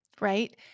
Right